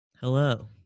Hello